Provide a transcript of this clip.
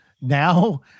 now